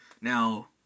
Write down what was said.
Now